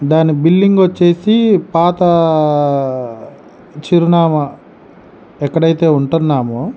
దాని బిల్లింగ్ వచ్చేసి పాత ఆ చిరునామా ఎక్కడ అయితే ఉంటున్నామో